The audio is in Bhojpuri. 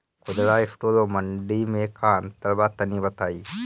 खुदरा स्टोर और मंडी में का अंतर बा तनी बताई?